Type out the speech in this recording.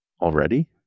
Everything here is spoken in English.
Already